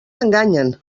enganyen